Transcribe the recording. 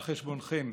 על חשבונכם,